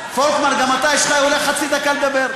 פולקמן, גם אתה, יש לך אולי חצי דקה לדבר.